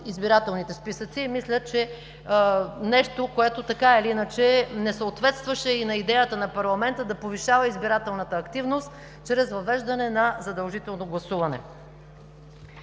избирателните списъци. Мисля, че това е нещо, което така или иначе не съответстваше на идеята на парламента да повишава избирателната активност чрез въвеждане на задължително гласуване.